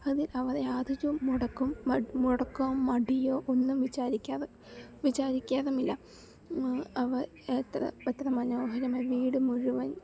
അതിൽ അവർ യാതൊരു മുടക്കവും മുടക്കവും മടിയോ ഒന്നും വിചാരിക്കാതെ വിചാരിക്കാറുമില്ല അവർ എത്ര എത്ര മനോഹരമായി വീട് മുഴുവൻ